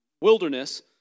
wilderness